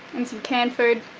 and some canned food,